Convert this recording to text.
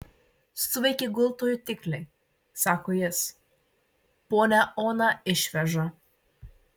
suveikė gulto jutikliai sako jis ponią oną išveža